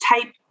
type